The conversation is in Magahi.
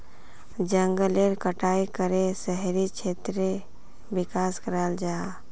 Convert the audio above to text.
जनगलेर कटाई करे शहरी क्षेत्रेर विकास कराल जाहा